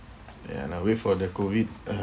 ya lah wait for the COVID uh